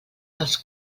als